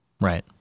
Right